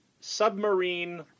submarine